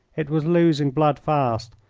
it was losing blood fast,